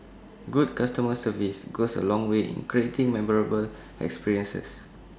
good customer service goes A long way in creating memorable experiences